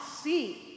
see